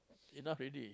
enough already